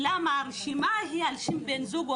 היא על שם בן זוג,